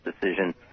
decision